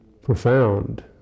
profound